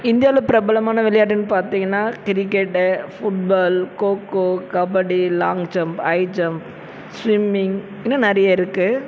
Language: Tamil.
இந்தியாவில் பிரபலமான விளையாட்டுன்னு பார்த்தீங்கன்னா cricket football kho-kho kabaddi long jump high jump swimming இன்னும் நிறையா இருக்குது